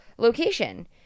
location